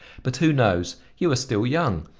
but who knows? you are still young.